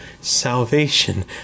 salvation